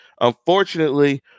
Unfortunately